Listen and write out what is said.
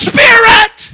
Spirit